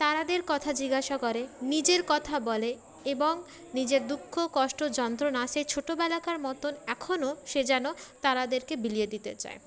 তারাদের কথা জিজ্ঞাসা করে নিজের কথা বলে এবং নিজের দুঃখ কষ্ট যন্ত্রণা সে ছোটোবেলাকার মতন এখনও সে যেন তারাদেরকে বিলিয়ে দিতে চায়